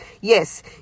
Yes